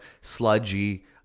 sludgy